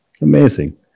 Amazing